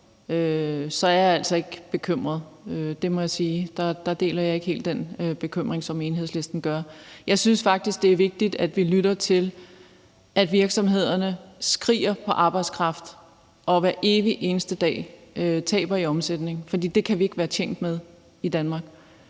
er jeg altså ikke bekymret. Det må jeg sige. Der deler jeg ikke helt den bekymring, som Enhedslisten har. Jeg synes faktisk, det er vigtigt, at vi lytter til, at virksomhederne skriger på arbejdskraft og hver evig eneste dag taber i omsætning, for det kan vi ikke være tjent med i Danmark.